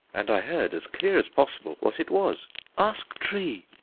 and i heard, as clear as possible, what it was ask tree.